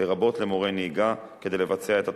לרבות למורה לנהיגה, כדי לבצע את התוכנית.